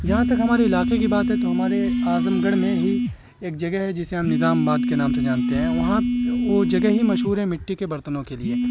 جہاں تک ہمارے علاقے کی بات ہے تو ہمارے اعظم گڑھ میں ہی ایک جگہ ہے جسے ہم نظام آباد کے نام سے جانتے ہیں وہاں وہ جگہ ہی مشہور ہے مٹی کے برتنوں کے لیے